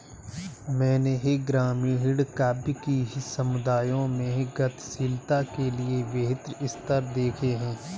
मैंने ग्रामीण काव्य कि समुदायों में गतिशीलता के विभिन्न स्तर देखे हैं